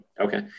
Okay